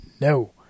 No